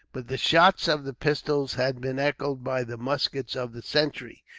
but the shots of the pistols had been echoed by the muskets of the sentries.